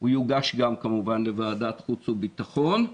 הוא יוגש גם כמובן לוועדת החוץ והביטחון.